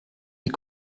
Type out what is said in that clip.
die